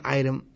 item